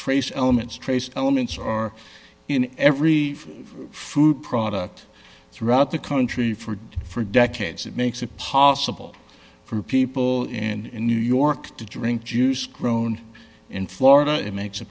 trace elements trace elements or in every food product throughout the country for for decades it makes it possible for people in new york to drink juice grown in florida it makes it